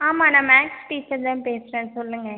ஆமாம் நான் maths teacher தான் பேசுகிறேன் சொல்லுங்கள்